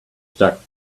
stuck